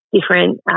different